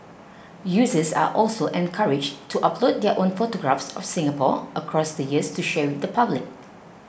users are also encouraged to upload their own photographs of Singapore across the years to share with the public